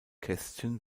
kästchen